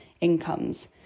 incomes